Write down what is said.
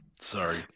sorry